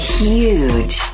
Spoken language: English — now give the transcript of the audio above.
huge